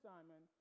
Simon